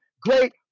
Great